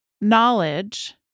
Knowledge